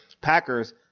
packers